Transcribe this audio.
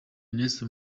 iniesta